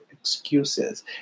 excuses